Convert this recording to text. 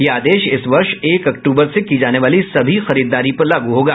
यह आदेश इस वर्ष एक अक्टूबर से की जाने वाली सभी खरीददारी पर लागू होगा